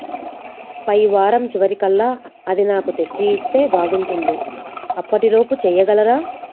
పైవారం చివరికల్లా అది నాకు తెచ్చి ఇస్తే బాగుంటుంది అప్పటిలోపు చేయగలరా